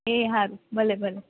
એ હારું ભલે ભલે